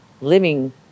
living